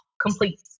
complete